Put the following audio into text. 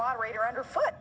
moderator underfoot